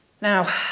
Now